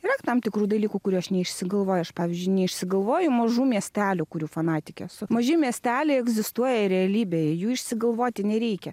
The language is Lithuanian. yra tam tikrų dalykų kurių aš neišsigalvoju aš pavyzdžiui neišsigalvoju mažų miestelių kurių fanatikė esu maži miesteliai egzistuoja realybėje jų išsigalvoti nereikia